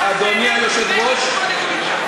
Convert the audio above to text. אדוני היושב-ראש,